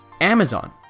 Amazon